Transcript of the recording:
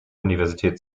universität